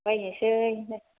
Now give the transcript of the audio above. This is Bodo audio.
बायनोसै